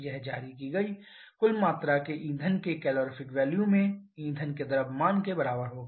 यह जारी की गई कुल ऊर्जा के इंधन के कैलोरीफिक वैल्यू में इंधन के द्रव्यमान के बराबर होगा